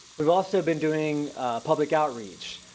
we've also been doing public outreach.